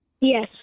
Yes